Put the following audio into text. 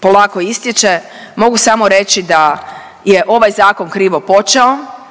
polako ističe mogu samo reći da je ovaj zakon krivo počeo,